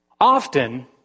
Often